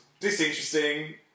disinteresting